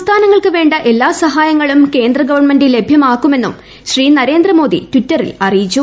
സംസ്ഥാനങ്ങൾക്ക് വേണ്ട എല്ലാ സഹായങ്ങളും കേന്ദ്ര ഗവൺമെന്റ് ലഭ്യമാക്കുമെന്നും ശ്രീ നരേന്ദ്രമോദി ട്വിറ്ററിൽ അറിയിച്ചു